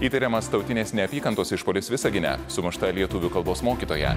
įtariamas tautinės neapykantos išpuolis visagine sumušta lietuvių kalbos mokytoją